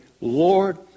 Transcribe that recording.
Lord